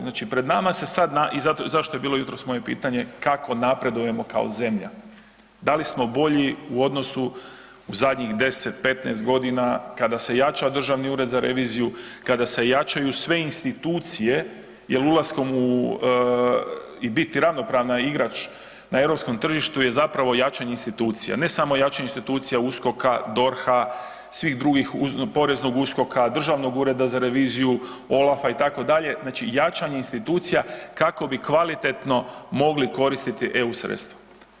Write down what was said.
Znači pred nama se sad, i zašto je bilo jutros moje pitanje kako napredujemo kao zemlja, dal i smo bolji u odnosu u zadnjih 10, 15 g. kada se jača Državni ured za reviziju, kada se jačaju sve institucije jer ulaskom i biti ravnopravan igrač na europskom tržištu je zapravo jačanje institucija ne samo jačanje institucija USKOK-a, DORH-a, svih drugih, PNUSKOK-a, Državnog ureda za reviziju, OLAF-a itd., znači jačanje institucija kako bi kvalitetno mogli koristiti EU sredstva.